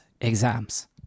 exams